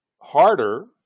harder